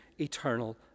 eternal